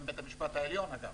גם בית המשפט העליון, אגב,